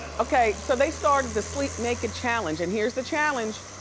okay, so they started the sleep naked challenge and here's the challenge.